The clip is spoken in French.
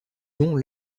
long